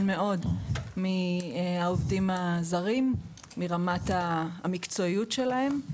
מאוד מהעובדים הזרים ומרמת המקצועיות שלהם.